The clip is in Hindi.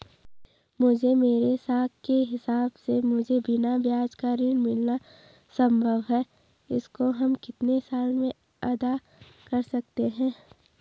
मुझे मेरे साख के हिसाब से मुझे बिना ब्याज का ऋण मिलना संभव है इसको हम कितने साल में अदा कर सकते हैं?